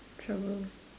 trouble